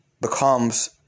becomes